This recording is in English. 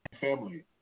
family